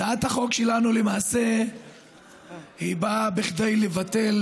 הצעת החוק שלנו למעשה באה כדי לבטל